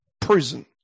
prison